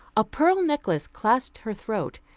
a pearl necklace clasped her throat,